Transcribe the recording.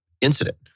incident